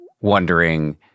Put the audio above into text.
wondering